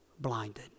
blinded